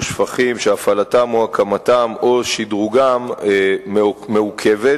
שפכים שהפעלתם או הקמתם או שדרוגם מעוכבים,